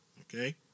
Okay